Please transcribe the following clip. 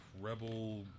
Rebel